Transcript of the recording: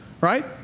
right